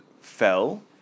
fell